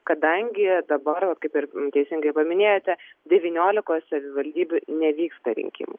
kadangi dabar kaip ir teisingai paminėjote devyniolikoj savivaldybių nevyksta rinkimų